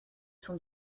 son